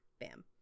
bam